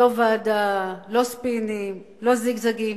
לא ועדה, לא ספינים, לא זיגזגים.